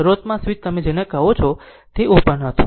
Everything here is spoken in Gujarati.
શરૂઆતમાં સ્વીચ તમે જેને કહો છો તે ઓપન હતું